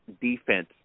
defense